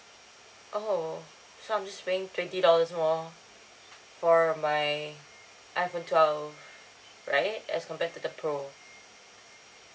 oh so I'm just paying twenty dollars more for my iphone twelve right as compared to the pro